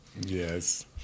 Yes